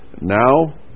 Now